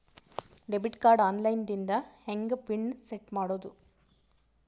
Debit card online ದಿಂದ ಹೆಂಗ್ PIN set ಮಾಡೋದು?